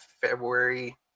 February